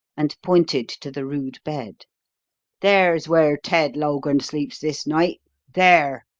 and pointed to the rude bed there's where ted logan sleeps this night there!